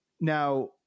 Now